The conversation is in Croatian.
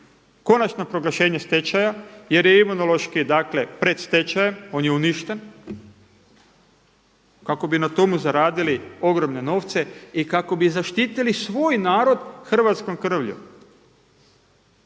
konačno proglašenje stečaja jer je Imunološki pred stečajem, on je uništen kako bi na tomu zaradili ogromne novce i kako bi zaštitili svoj narod hrvatskom krvlju.